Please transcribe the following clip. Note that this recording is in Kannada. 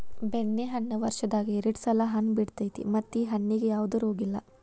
ಬೆಣ್ಣೆಹಣ್ಣ ವರ್ಷದಾಗ ಎರ್ಡ್ ಸಲಾ ಹಣ್ಣ ಬಿಡತೈತಿ ಮತ್ತ ಈ ಹಣ್ಣಿಗೆ ಯಾವ್ದ ರೋಗಿಲ್ಲ